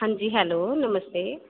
अंजी हैलो नमस्ते